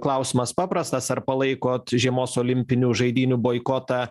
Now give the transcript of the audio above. klausimas paprastas ar palaikot žiemos olimpinių žaidynių boikotą